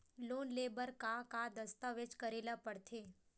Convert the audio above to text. Loan ले बर का का दस्तावेज करेला पड़थे?